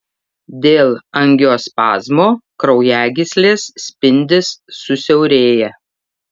dėl angiospazmo kraujagyslės spindis susiaurėja